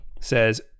says